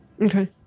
Okay